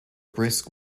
brisk